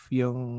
yung